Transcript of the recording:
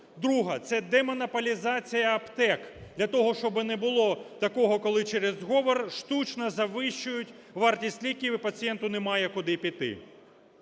Друге – це демонополазація аптек. Для того, щоб не було такого, коли через зговор штучно завищують вартість ліків, і пацієнту немає куди піти.